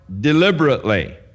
deliberately